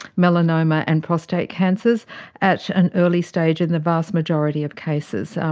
melanoma and prostate cancers at an early stage in the vast majority of cases,